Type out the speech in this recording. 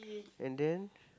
and then